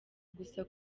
gusa